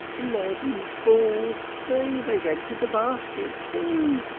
leaden fool! see, they have emptied the basket, too.